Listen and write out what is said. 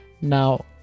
now